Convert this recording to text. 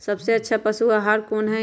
सबसे अच्छा पशु आहार कोन हई?